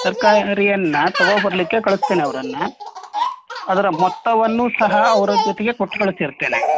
ತರಕಾರಿಯನ್ನ ತಗೊಂ ಬರಲಿಕ್ಕೆ ಕಳಿಸ್ತೇನೆ ಅವರನ್ನ ಅದರ ಮೊತ್ತವನ್ನೂ ಸಹ ಅವರ ಜೊತೆಗೆ ಕೊಟ್ಟು ಕಳಿಸಿರ್ತೇನೆ